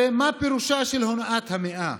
הרי מה פירושה של הונאת המאה,